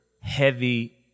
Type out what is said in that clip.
heavy